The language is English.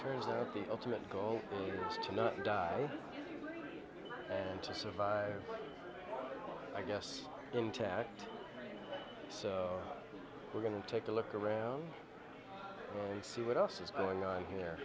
turns out the ultimate goal is to not die and just survive i guess intact so we're going to take a look around and see what else is going on here